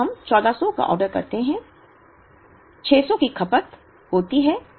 तो हम 1400 का ऑर्डर करते हैं 600 की खपत होती है